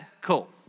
Cool